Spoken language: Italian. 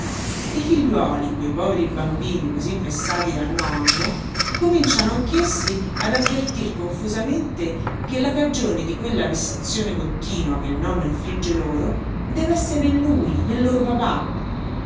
i figliuoli quei poveri bambini cosí vessati dal nonno cominciano anch'essi ad avvertir confusamente che la cagione di quella vessazione continua che il nonno infligge loro dev'essere in lui nel loro papà